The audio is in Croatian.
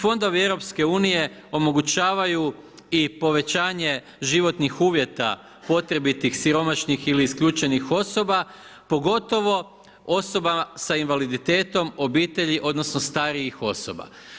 Fondovi EU omogućavaju i povećanje životnih uvjeta potrebitih, siromašnih ili isključenih osoba, pogotovo osoba sa invaliditetom, obitelji odnosno starijih osoba.